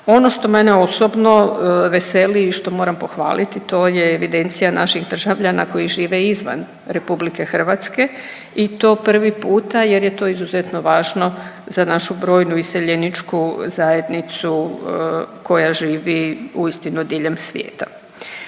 Ono što mene osobno veseli i što moram pohvaliti to je evidencija naših državljana koji žive izvan RH i to prvi puta jer je to izuzetno važno za našu brojnu iseljeničku zajednicu koja živi uistinu diljem svijeta.